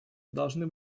должны